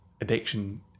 addiction